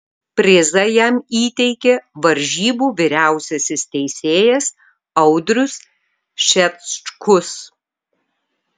prizą jam įteikė varžybų vyriausiasis teisėjas audrius šečkus